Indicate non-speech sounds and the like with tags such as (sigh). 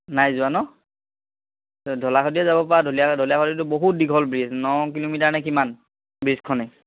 নাই যোৱা ন ঢলা শদিয়া যাব পাৰা (unintelligible) ঢলা শদিয়াটো বহুত দীঘল ব্ৰ্ৰীজ ন কিলোমিটাৰ নে কিমান ব্ৰীজখনেই